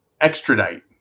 Extradite